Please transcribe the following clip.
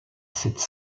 cette